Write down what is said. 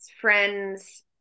friend's